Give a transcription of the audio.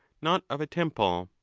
not of a temple.